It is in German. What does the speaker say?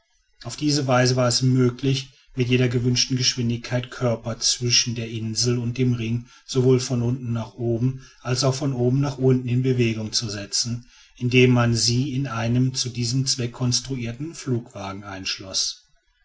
auf diese weise war es möglich mit jeder gewünschten geschwindigkeit körper zwischen der insel und dem ringe sowohl von unten nach oben als von oben nach unten in bewegung zu setzen indem man sie in einen zu diesem zweck konstruierten flugwagen einschloß